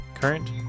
Current